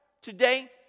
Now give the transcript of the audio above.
today